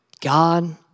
God